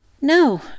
No